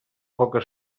poca